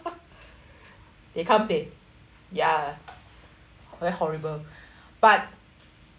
they can't pay ya very horrible but